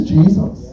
Jesus